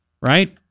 right